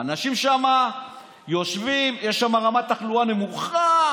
האנשים שם יושבים, יש שם רמת תחלואה נמוכה,